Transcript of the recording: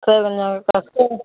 sir கொஞ்சம் கஷ்டம்